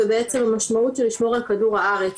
ובעצם המשמעות זה לשמור על כדור הארץ.